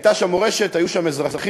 הייתה שם מורשת, היו שם אזרחים.